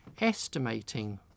Estimating